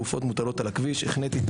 גופות מוטלות על הכביש.